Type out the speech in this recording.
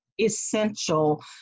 essential